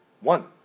one